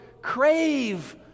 Crave